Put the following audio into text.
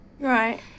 Right